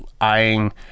eyeing